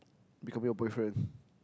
becoming a boyfriend